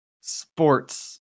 sports